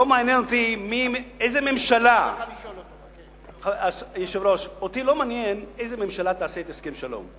איזה ממשלה תעשה את הסכם השלום.